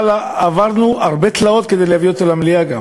אבל עברנו הרבה תלאות כדי להביא אותו גם למליאה.